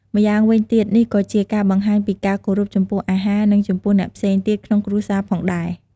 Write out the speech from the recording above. ម្យ៉ាងវិញទៀត នេះក៏ជាការបង្ហាញពីការគោរពចំពោះអាហារ និងចំពោះអ្នកផ្សេងទៀតក្នុងគ្រួសារផងដែរ។